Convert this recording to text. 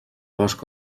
bosc